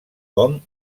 com